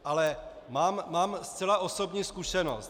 Ale mám zcela osobní zkušenost.